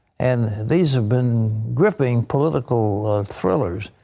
and these have been gripping political thrillers.